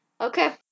Okay